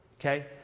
okay